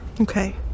Okay